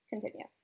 Continue